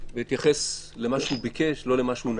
ואני אתייחס למה שהוא ביקש ולא למה שהוא נאם.